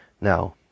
Now